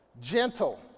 Gentle